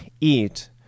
eat